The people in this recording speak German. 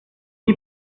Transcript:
die